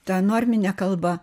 ta normine kalba